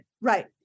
Right